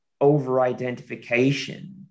over-identification